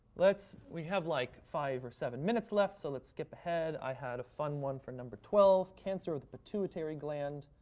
we have like five or seven minutes left, so let's skip ahead. i had a fun one for number twelve, cancer of the pituitary gland.